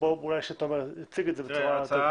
תומר יציג את ה.